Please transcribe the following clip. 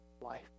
life